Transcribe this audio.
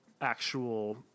actual